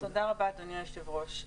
תודה רבה, אדוני היושב-ראש.